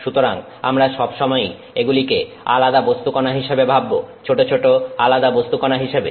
সুতরাং আমরা সব সময়ই এগুলিকে আলাদা বস্তুকণা হিসেবে ভাববো ছোট ছোট আলাদা বস্তুকণা হিসেবে